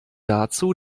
dazu